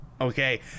Okay